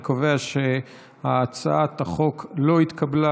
אני קובע שהצעת החוק לא התקבלה.